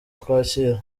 twakira